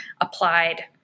applied